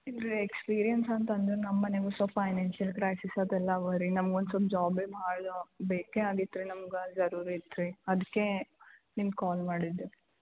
ಇಲ್ಲರೀ ಎಕ್ಸ್ಪೀರಿಯನ್ಸ್ ಅಂತಂದ್ರೆ ನಮ್ಮ ಮನೆಗೂ ಸ್ವಲ್ಪ ಫೈನಾನ್ಷಿಯಲ್ ಕ್ರೈಸಿಸ್ ಅದೆಲ್ಲ ಇವೇರಿ ನಮ್ಗೆ ಒಂದು ಸ್ವಲ್ಪ ಜಾಬೇ ಭಾಳ ಬೇಕೇ ಆಗಿತ್ತು ರೀ ನಮ್ಗೆ ಜರೂರ್ ಇತ್ತು ರೀ ಅದಕ್ಕೇ ನಿಮ್ಗೆ ಕಾಲ್ ಮಾಡಿದ್ದು